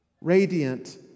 radiant